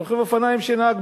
רוכב אופניים שנהג,